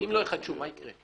לא יחדשו מה יקרה?